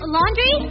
Laundry